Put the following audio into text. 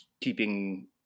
keeping